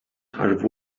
are